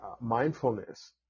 mindfulness